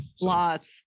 Lots